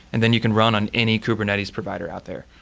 and then you can run on any kubernetes provider out there,